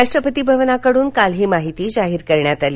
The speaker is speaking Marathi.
राष्ट्रपती भवनाकडून काल ही माहिती जाहीर करण्यात आली